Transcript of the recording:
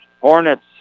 Hornets